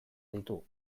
ditu